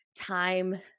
time